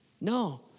No